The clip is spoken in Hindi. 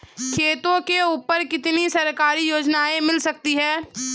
खेतों के ऊपर कितनी सरकारी योजनाएं मिल सकती हैं?